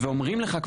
ואומרים לך,